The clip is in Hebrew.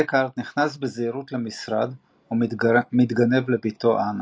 דקארד נכנס בזהירות למשרד ומתקרב לבתו אנה.